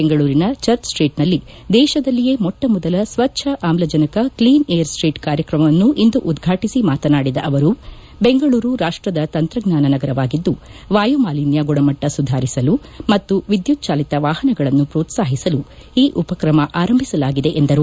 ಬೆಂಗಳೂರಿನ church street ನಲ್ಲಿ ದೇಶದಲ್ಲಿಯೇ ಮೊಟ್ಟ ಮೊದಲ ಸ್ವಚ್ಛ ಆಮ್ಲಜನಕ ಕ್ಷೀನ್ ಏರ್ ಸ್ಟೀಟ್ ಕಾರ್ಯಕ್ರಮವನ್ನು ಇಂದು ಉದ್ಘಾಟಿಸಿ ಮಾತನಾಡಿದ ಅವರು ಬೆಂಗಳೂರು ರಾಷ್ಟದ ತಂತ್ರಜ್ಞಾನ ನಗರವಾಗಿದ್ದು ವಾಯುಮಾಲಿನ್ಯ ಗುಣಮಟ್ಟ ಸುಧಾರಿಸಲು ಮತ್ತು ವಿದ್ಯುತ್ ಚಾಲಿತ ವಾಹನಗಳನ್ನು ಪ್ರೋತ್ಸಾಹಿಸಲು ಈ ಉಪಕ್ರಮವನ್ನು ಆರಂಭಿಸಲಾಗಿದೆ ಎಂದರು